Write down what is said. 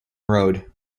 road